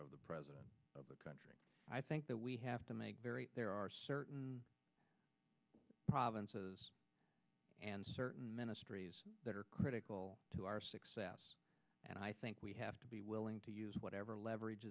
of the president of the country i think that we have to make very there are certain provinces and certain ministries that are critical to our success and i think we have to be willing to use whatever leverage